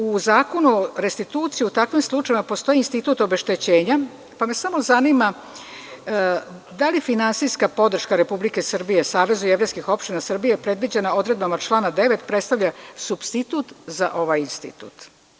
U Zakonu o restituciji u takvim slučajevima postoji institut obeštećenja, pa me samo zanima da li finansijska podrška Republike Srbije Savezu jevrejski opština Srbije je predviđena odredbama člana 9. predstavlja supstitut za ovaj institut.